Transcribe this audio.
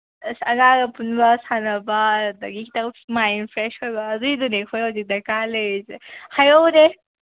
ꯑꯁ ꯑꯉꯥꯡꯒ ꯄꯨꯟꯕ ꯁꯥꯟꯅꯕ ꯑꯗꯒꯤ ꯈꯤꯇꯪ ꯃꯥꯏꯟ ꯔꯤꯐ꯭ꯔꯦꯁ ꯑꯣꯏꯕ ꯑꯗꯨꯒꯤꯗꯨꯅꯦ ꯑꯩꯈꯣꯏ ꯍꯧꯖꯤꯛ ꯗꯔꯀꯥꯔ ꯂꯩꯔꯤꯁꯦ ꯍꯥꯏꯔꯛꯑꯣꯅꯦ